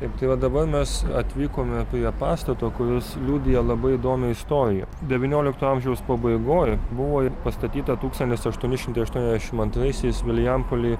taip tai va dabar mes atvykome prie pastato kuris liudija labai įdomią istoriją devyniolikto amžiaus pabaigoj buvo pastatyta tūkstantis aštuoni šimtai aštuoniasdešimt antraisiais vilijampolėj